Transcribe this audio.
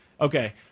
Okay